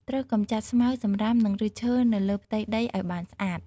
ត្រូវកម្ចាត់ស្មៅ សំរាម និងឫសឈើនៅលើផ្ទៃដីឱ្យបានស្អាត។